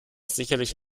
sicherlich